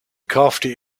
kaufte